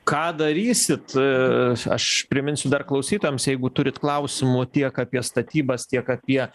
ką darysit aš priminsiu dar klausytojams jeigu turit klausimų tiek apie statybas tiek apie